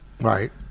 Right